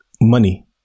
money